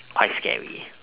quite scary